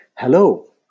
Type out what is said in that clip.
Hello